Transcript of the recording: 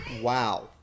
Wow